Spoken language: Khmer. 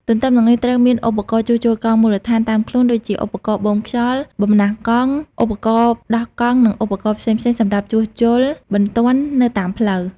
ទន្ទឹមនឹងនេះ ត្រូវមានឧបករណ៍ជួសជុលកង់មូលដ្ឋានតាមខ្លួន ដូចជាឧបករណ៍បូមកង់ បំណះកង់ ឧបករណ៍ដោះកង់និងឧបករណ៍ផ្សេងៗសម្រាប់ជួសជុលបន្ទាន់នៅតាមផ្លូវ។